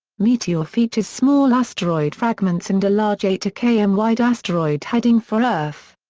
meteor features small asteroid fragments and a large eight km wide asteroid heading for earth.